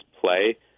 play